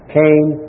came